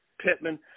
Pittman